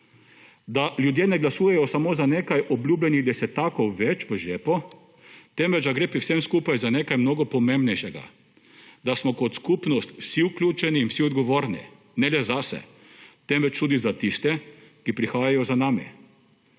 da ljudje ne glasujejo samo za nekaj obljubljenih desetakov več v žepu, temveč da gre pri vsem skupaj za nekaj mnogo pomembnejšega. Da smo kot skupnost vsi vključeni in vsi odgovorni, ne le zase, temveč tudi za tiste, ki prihajajo za nami.